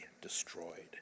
destroyed